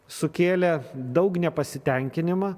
sukėlė daug nepasitenkinimą